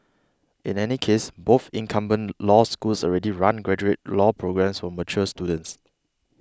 in any case both incumbent law schools already run graduate law programmes for mature students